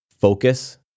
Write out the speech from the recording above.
focus